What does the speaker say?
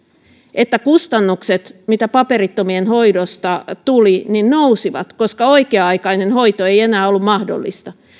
että kustannukset mitä paperittomien hoidosta tuli nousivat koska oikea aikainen hoito ei enää ollut mahdollista